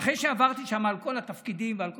אחרי שעברתי שם על כל התפקידים ועל הכול,